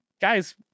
Guys